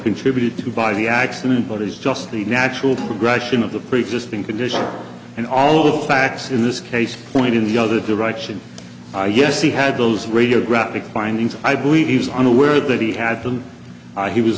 contributed to by the accident but is just the natural progression of the preexisting condition and all of the facts in this case point in the other direction yes he had those radiographic findings i believe he is unaware that he had them he was